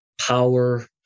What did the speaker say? power